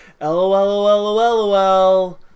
lolololol